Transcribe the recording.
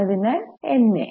അതിനാൽ N A